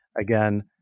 Again